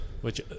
Which-